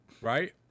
right